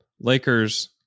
Lakers